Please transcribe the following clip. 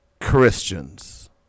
Christians